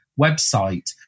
website